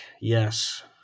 Yes